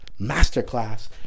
Masterclass